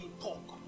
talk